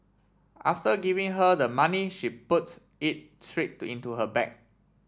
after giving her the money she put it straight into her bag